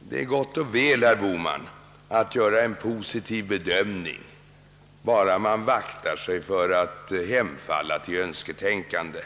Det är gott och väl att man gör en positiv bedömning, bara man vaktar sig för att hemfalla åt önsketänkande.